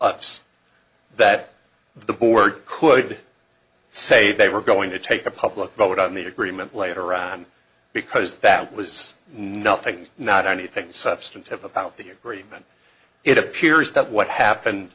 else that the board could say they were going to take a public vote on the agreement later on because that was nothing not anything substantive about the agreement it appears that what happened